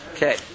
Okay